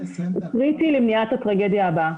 זה קריטי למניעת הטרגדיה הבאה.